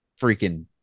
freaking